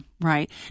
Right